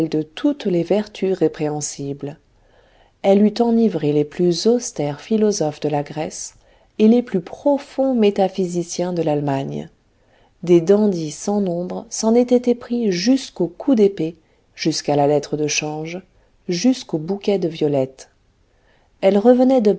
de toutes les vertus répréhensibles elle eût enivré les plus austères philosophes de la grèce et les plus profonds métaphysiciens de l'allemagne des dandies sans nombre s'en étaient épris jusqu'au coup d'épée jusqu'à la lettre de change jusqu'au bouquet de violettes elle revenait de